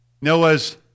Noah's